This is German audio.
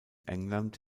england